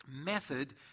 Method